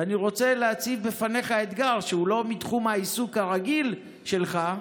אני רוצה להציב בפניך אתגר שהוא לא מתחום העיסוק הרגיל שלך,